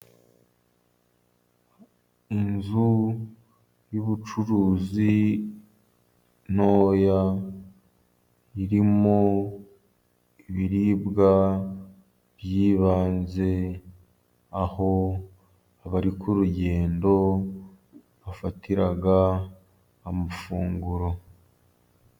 Inzu y'ubucuruzi ntoya, irimo ibiribwa by'ibanze, aho abari ku rugendo bafatira amafunguro.